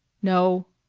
no.